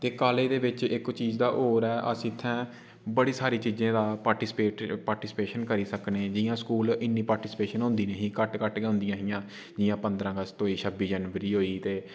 ते कॉलेज़ दे बिच इक चीज़ दा होर ऐ अस इ'त्थें बड़ी सारी चीज़ें दा पार्टिसपेट पार्टिसिपेशन करी सकने जि'यां स्कूल इ'न्नी पार्टिसिपेशन होंदी निं ही घट्ट घट्ट गै होंदी हियां जि'यां पंदरां अगस्त होई छब्बी जनवरी होई ते